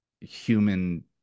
human